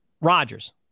Rodgers